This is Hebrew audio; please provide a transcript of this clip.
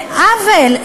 זה עוול.